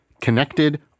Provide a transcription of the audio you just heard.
Connected